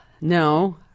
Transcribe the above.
No